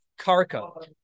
karka